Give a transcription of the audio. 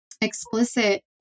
explicit